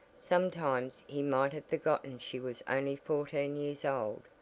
sometimes he might have forgotten she was only fourteen years old,